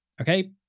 Okay